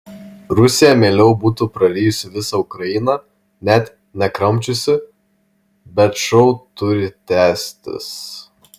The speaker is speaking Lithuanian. rusija mieliau būtų prarijusi visą ukrainą net nekramčiusi bet šou turi tęstis